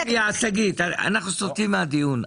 אנחנו סוטים מהדיון.